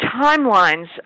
timelines